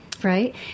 Right